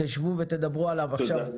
תשבו ותדברו על זה עכשיו.